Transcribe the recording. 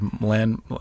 land